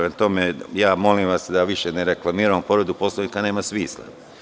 Molim vas da više ne reklamiramo povredu Poslovnika nema smisla.